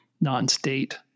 non-state